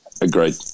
Agreed